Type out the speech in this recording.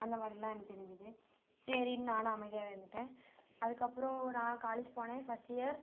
அந்த மாதிரிலாம் எனக்கு தெரிஞ்சது சரின்னு நானும் அமைதியாகவே இருந்துட்டேன் அதுக்கப்புறம் நான் காலேஜ் போனேன் ஃபஸ்ட் இயர்